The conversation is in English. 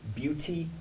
beauty